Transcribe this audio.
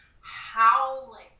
howling